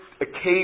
occasions